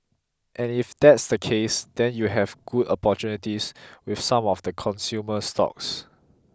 and if that's the case then you have good opportunities with some of the consumer stocks